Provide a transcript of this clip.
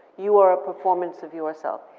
you are a performance of yourself.